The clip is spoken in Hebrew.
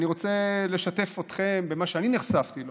אני רוצה לשתף אתכם במה שאני נחשפתי אליו: